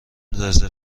رزرو